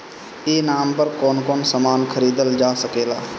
ई नाम पर कौन कौन समान खरीदल जा सकेला?